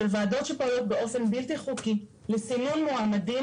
ועדות שפועלות באופן בלתי חוקי לסינון מועמדים